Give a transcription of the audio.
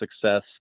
success